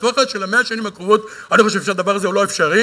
בטווח של 100 השנים הקרובות אני חושב שהדבר הזה לא אפשרי.